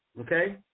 okay